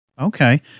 Okay